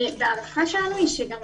וההערכה שלנו היא שגם